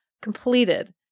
completed